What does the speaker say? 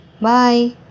Bye